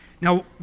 Now